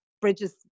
bridges